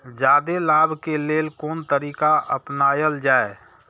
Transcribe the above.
जादे लाभ के लेल कोन तरीका अपनायल जाय?